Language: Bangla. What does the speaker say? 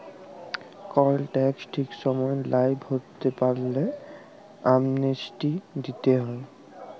কল ট্যাক্স ঠিক সময় লায় ভরতে পারল্যে, অ্যামনেস্টি দিতে হ্যয়